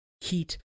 heat